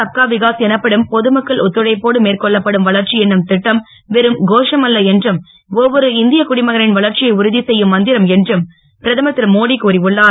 சப்கா விகாஸ் எனப்படும் பொதுமக்கள் ஒத்துழைப்போடு மேற்கொள்ளப்படும் வளர்ச்சி என்னும் திட்டம் வெறும் கோஷம் அல்ல என்றும் ஒவ்வொரு இந்திய குடிமகனின் வளர்ச்சியை உறுதிசெய்யும் மந்திரம் என்றும் பிரதமர் திருமோடி கூறியுள்ளார்